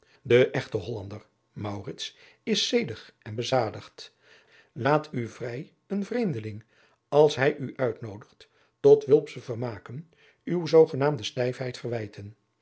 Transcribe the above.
de echte hollander maurits is zedig en bezadigd laat u vrij een vreemdeling als hij u uitnoodigt tot wulpsche vermaken uwe zoogenaamde stijfheid verwijten